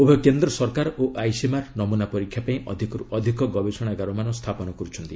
ଉଭୟ କେନ୍ଦ୍ର ସରକାର ଓ ଆଇସିଏମ୍ଆର୍ ନମୁନା ପରୀକ୍ଷା ପାଇଁ ଅଧିକର୍ ଅଧିକ ଗବେଷଣାଗାରମାନ ସ୍ଥାପନ କରୁଛନ୍ତି